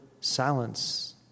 silence